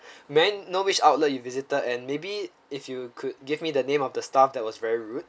may I know which outlet you visited and maybe if you could give me the name of the staff that was very rude